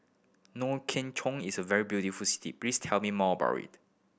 is a very beautiful city please tell me more about it